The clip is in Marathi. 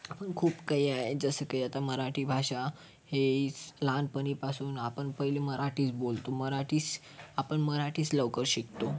आपण खूप काही आहे जसं की आता मराठी भाषा हे लहानपणीपासून आपण पहिले मराठीच बोलतो मराठीच आपण मराठीच लवकर शिकतो